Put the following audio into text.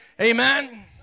Amen